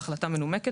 בהחלטה מנומקת,